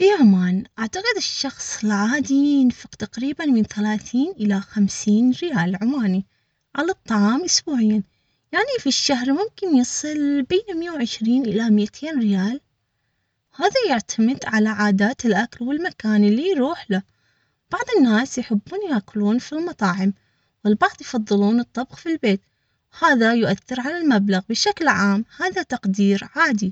في عمان اعتقد الشخص العادي ينفق تقريبا من ثلاثين الى خمسين ريال عماني على الطعام اسبوعيًا يعني في الشهر ممكن يصل بمئة وعشرين الى مئتين ريال هذا يعتمد على عادات الاكل والمكان اللي يروح له بعض الناس يحبون ياكلون في المطاعم والبعض يفضلون الطبخ في البيت هذا يؤثر على المبلغ بشكل عام هذا تقدير عادي